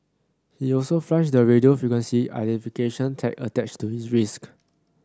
he also flushed the radio frequency identification tag attached to his wrist